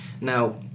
Now